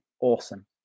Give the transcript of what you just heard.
awesome